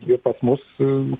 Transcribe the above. ji pas mus